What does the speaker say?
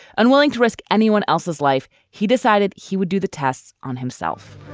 unwilling to risk anyone else's life, he decided he would do the tests on himself